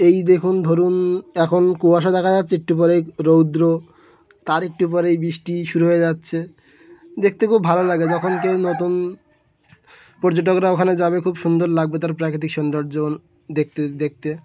এই দেখুন ধরুন এখন কুয়াশা দেখা যাচ্ছে একটু পরে রৌদ্র তার একটু পরে এই বৃষ্টি শুরু হয়ে যাচ্ছে দেখতে খুব ভালো লাগে যখন কেউ নতুন পর্যটকরা ওখানে যাবে খুব সুন্দর লাগবে তার প্রাকৃতিক সৌন্দর্য দেখতে দেখতে